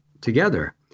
together